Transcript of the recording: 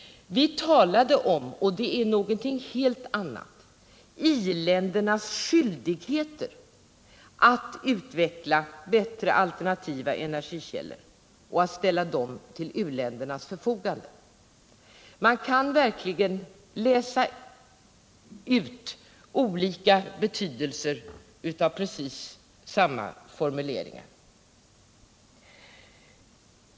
Vi talade om —och det är någonting helt annat —iländernas skyldigheter att utveckla bättre alternativa energikällor och ställa dem till u-ländernas förfogande. Man kan verkligen läsa in olika betydelser i precis samma formuleringar.